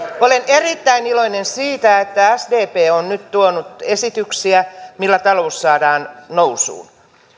olen erittäin iloinen siitä että sdp on nyt tuonut esityksiä millä talous saadaan nousuun